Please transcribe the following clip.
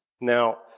Now